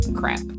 crap